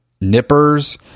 Nippers